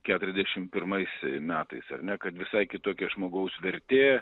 keturiasdešim pirmais metais ar ne kad visai kitokia žmogaus vertė